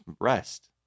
rest